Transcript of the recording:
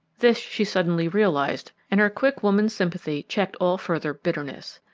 this she suddenly realised and her quick woman's sympathy checked all further bitterness.